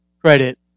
credit